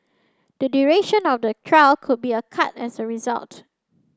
the duration of the trial could be a cut as result